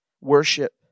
worship